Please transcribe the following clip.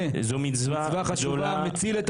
מצווה חשובה לשרת בעיתון "במחנה",